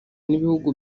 n’ibihugu